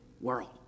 world